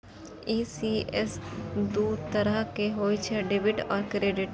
ECS दू तरहक होइ छै, डेबिट आ क्रेडिट